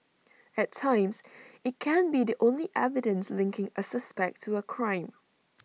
at times IT can be the only evidence linking A suspect to A crime